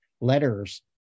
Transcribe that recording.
letters